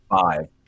five